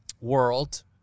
world